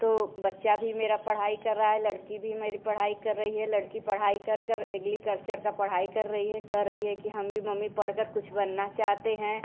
तो बच्चा भी मेरा पढ़ाई कर रहा है लड़की भी मेरी पढ़ाई कर रही है लड़की पढ़ाई कर कर एग्लीकल्चर का पढ़ाई कर रही है कह रही है कि हम भी मम्मी पढ़ कर कुछ बनना चाहते हैं